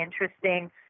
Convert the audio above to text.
interesting